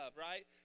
right